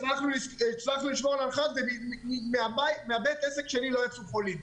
הצלחנו לשמור על ההנחיות ומבית העסק שלי לא יצאו חולים.